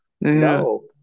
No